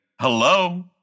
hello